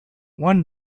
one